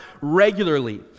regularly